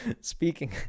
Speaking